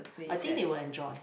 I think they will enjoy